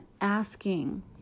asking